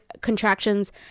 contractions